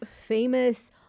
famous